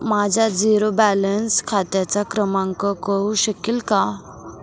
माझ्या zero balance खात्याचा क्रमांक कळू शकेल का?